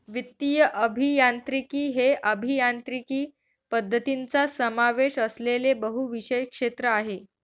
वित्तीय अभियांत्रिकी हे अभियांत्रिकी पद्धतींचा समावेश असलेले बहुविषय क्षेत्र आहे